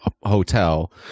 Hotel